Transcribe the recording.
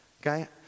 okay